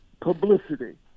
publicity